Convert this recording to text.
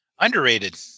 Underrated